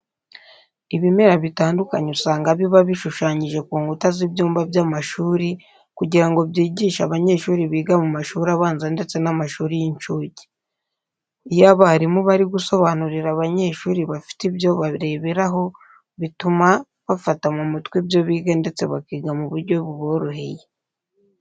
Ibimera bitandukanye usanga biba bishushanyije ku nkuta z'ibyumba by'amashuri kugira ngo byigishe abanyeshuri biga mu mashuri abanza ndetse n'amashuri y'incuke. Iyo abarimu bari gusobanurira abanyeshuri bafite ibyo bareberaho bituma bafata mu mutwe ibyo biga ndetse bakiga mu buryo buboroheye.